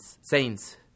saints